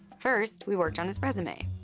first, we worked on his resume.